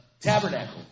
tabernacle